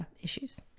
issues